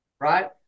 Right